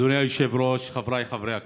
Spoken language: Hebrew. אדוני היושב-ראש, חבריי חברי הכנסת,